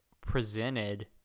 presented